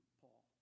Paul